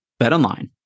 BetOnline